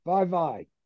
Bye-bye